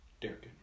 Derek